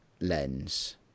lens